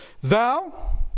Thou